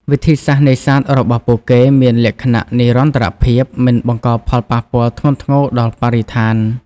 វិធីសាស្ត្រនេសាទរបស់ពួកគេមានលក្ខណៈ និរន្តរភាព មិនបង្កផលប៉ះពាល់ធ្ងន់ធ្ងរដល់បរិស្ថាន។